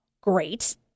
great